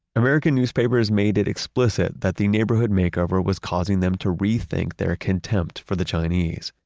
american newspapers made it explicit that the neighborhood makeover was causing them to rethink their contempt for the chinese.